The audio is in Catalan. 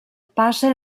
passa